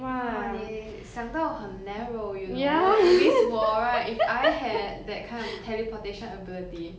!wah! 你想到很 narrow you know if it's 我 right if I had that kind of teleportation ability